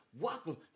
welcome